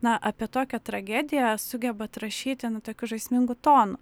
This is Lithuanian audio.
na apie tokią tragediją sugebat rašyti nu tokiu žaismingu tonu